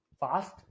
Fast